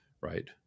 right